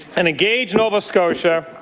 and engage nova scotia